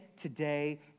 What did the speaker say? today